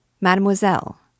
Mademoiselle